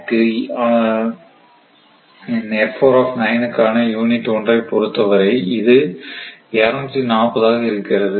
இக்கு ஆன யூனிட் 1 ஐ பொறுத்தவரை அது 240 ஆக இருக்கிறது